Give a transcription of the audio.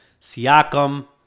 Siakam